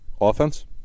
Offense